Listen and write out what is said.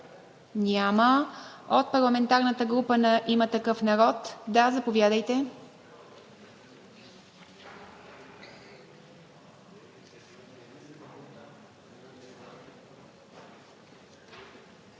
Няма. От парламентарната група на „Има такъв народ“? Заповядайте.